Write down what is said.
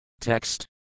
Text